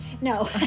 No